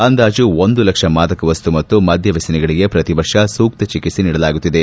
ಅಂದಾಜು ಒಂದು ಲಕ್ಷ ಮಾದಕವಸ್ತು ಮತ್ತು ಮದ್ದ ವ್ಯಸನಗಳಿಗೆ ಪ್ರತಿ ವರ್ಷ ಸೂಕ್ತ ಚಿಕಿತ್ಸೆ ನೀಡಲಾಗುತ್ತಿದೆ